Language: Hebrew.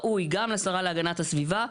ברישוי עסקים.